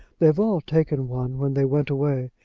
they've all taken one when they went away,